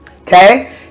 Okay